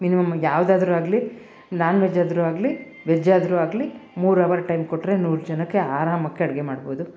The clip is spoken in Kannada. ಮಿನಿಮಮ್ ಯಾವುದಾದ್ರೂ ಆಗಲೀ ನಾನ್ ವೆಜ್ ಆದರು ಆಗಲಿ ವೆಜ್ ಆದರು ಆಗಲಿ ಮೂರವರ್ ಟೈಮ್ ಕೊಟ್ಟರೆ ನೂರು ಜನಕ್ಕೆ ಆರಾಮಗ್ ಅಡಿಗೆ ಮಾಡ್ಬೊದು